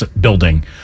building